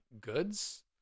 goods